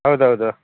ಹೌದು ಹೌದು